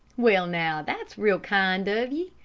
well, now, that's real kind of ye,